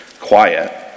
quiet